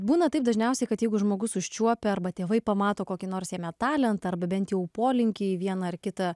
būna taip dažniausiai kad jeigu žmogus užčiuopia arba tėvai pamato kokį nors jame talentą arba bent jau polinkį į vieną ar kitą